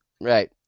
right